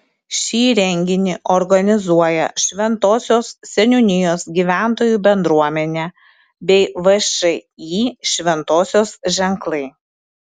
šį renginį organizuoja šventosios seniūnijos gyventojų bendruomenė bei všį šventosios ženklai